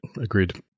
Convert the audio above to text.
Agreed